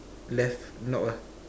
left knob ah